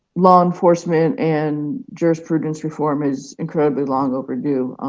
law enforcement and jurisprudence reform is incredibly long overdue.